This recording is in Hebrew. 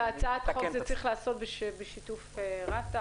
והצעת חוק זה צריך להיעשות בשיתוף רת"א.